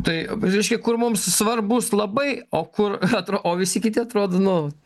tai reiškia kur mums svarbus labai o kur atro o visi kiti atrodo nu